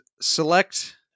select